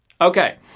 Okay